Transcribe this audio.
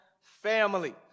family